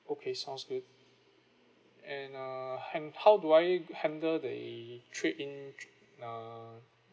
okay sounds good and uh han~ how do I handle the trade in uh